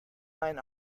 mein